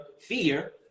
fear